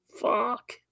Fuck